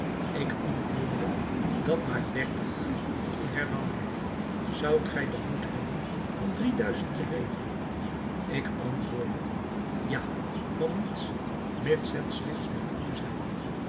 ik antwoordde dat maakt dertig toen hernam hij zoudt gij den moed hebben van drieduizend te leven ik antwoordde ja van niets mits het slechts met u zij